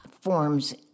forms